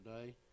today